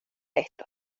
esto